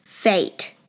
fate